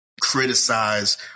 criticize